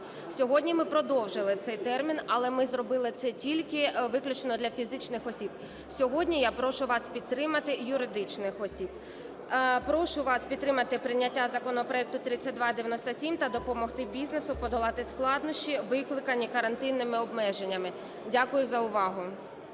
Сьогодні ми продовжили цей термін, але ми зробили це тільки виключно для фізичних осіб. Сьогодні я прошу вас підтримати юридичних осіб. Прошу вас підтримати прийняття законопроекту 3297 та допомогти бізнесу подолати складнощі, викликані карантинними обмеженнями. Дякую за увагу.